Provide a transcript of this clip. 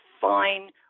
fine